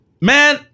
man